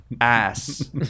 ass